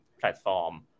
platform